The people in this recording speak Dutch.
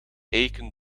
eiken